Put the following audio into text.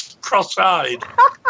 cross-eyed